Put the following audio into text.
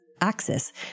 axis